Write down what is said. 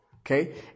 Okay